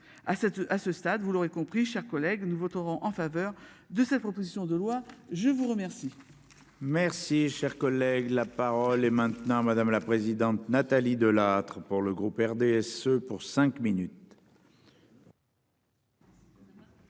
à ce stade, vous l'aurez compris, chers collègues, nous voterons en faveur de cette proposition de loi, je vous remercie. Merci, cher collègue, la parole est maintenant madame la présidente Nathalie Delattre pour le groupe RDSE pour cinq minutes.